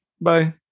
Bye